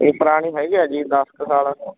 ਇਹ ਪੁਰਾਣੀ ਹੈਗੀ ਆ ਜੀ ਦਸ ਕੁ ਸਾਲ